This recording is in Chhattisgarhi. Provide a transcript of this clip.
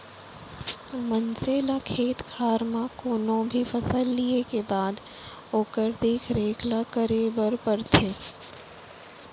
मनसे ल खेत खार म कोनो भी फसल लिये के बाद ओकर देख रेख ल करे बर परथे